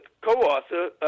co-author